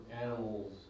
animals